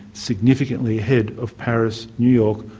significantly ahead of paris, new york,